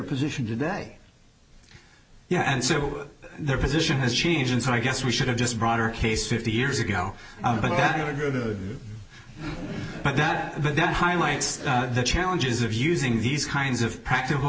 position today yeah and so their position has changed and so i guess we should have just broader case fifty years ago but that then highlights the challenges of using these kinds of practical